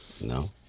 No